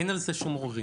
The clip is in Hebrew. אין על זה שום עוררין,